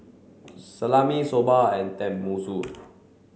Salami Soba and Tenmusu